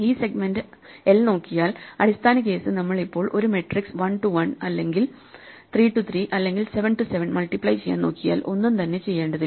ഈ segment l നോക്കിയാൽ അടിസ്ഥാന കേസ് നമ്മൾ ഇപ്പോൾ ഒരു മെട്രിക്സ് 1 റ്റു 1 അല്ലെങ്കിൽ 3 റ്റു 3 അല്ലെങ്കിൽ 7 റ്റു 7 മൾട്ടിപ്ലൈ ചെയ്യാൻ നോക്കിയാൽ ഒന്നും തന്നെ ചെയ്യേണ്ടതില്ല